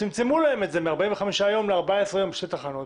צמצמו להם את זה מ-45 ימים ל-14 ימים בשתי תחנות.